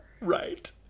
Right